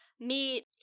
meet